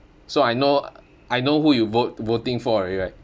so I know I know who you vot~ voting for already right